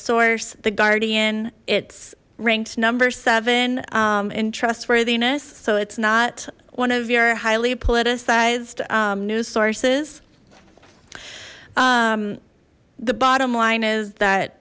source the guardian it's ranked number seven in trustworthiness so it's not one of your highly politicized news sources the bottom line is that